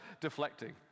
deflecting